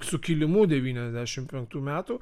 sukilimu devyniasdešimt penktų metų